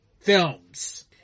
films